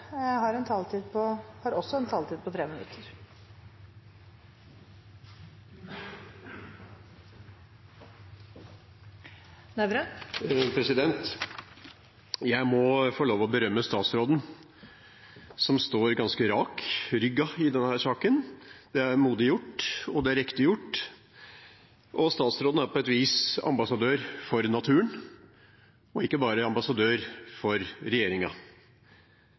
har en taletid på inntil 3 minutter. Jeg må få lov til å berømme statsråden, som står ganske rakrygget i denne saken. Det er modig gjort, og det er riktig gjort, og statsråden er på et vis ambassadør for naturen og ikke bare ambassadør for